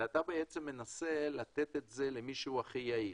אלא אתה בעצם מנסה לתת את זה למישהו שהוא הכי יעיל.